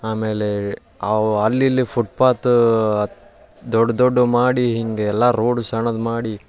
ಆಮೇಲೆ ಅವು ಅಲ್ಲಿ ಇಲ್ಲಿ ಫುಟ್ಪಾತು ದೊಡ್ಡ ದೊಡ್ಡವು ಮಾಡಿ ಹೀಗೆಲ್ಲ ರೋಡ್ ಸಣ್ಣದು ಮಾಡಿ